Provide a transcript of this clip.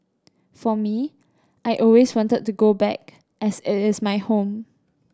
for me I always wanted to go back as it is my home